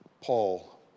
Paul